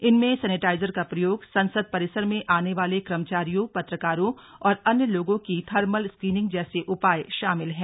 इनमें सैनिटाइजर का प्रयोग संसद परिसर में आने वाले कर्मचारियों पत्रकारों और अन्य लोगों की थर्मल स्क्रीनिंग जैसे उपाय शामिल हैं